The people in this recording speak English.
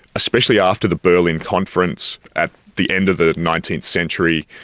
especially after the berlin conference at the end of the nineteenth century,